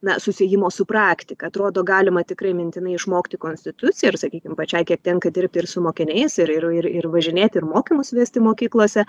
na susiejimo su praktika atrodo galima tikrai mintinai išmokti konstituciją sakykim pačiai kiek tenka dirbti ir su mokiniais ir ir ir važinėti ir mokymus vesti mokyklose